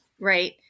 right